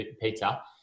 pizza